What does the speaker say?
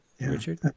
Richard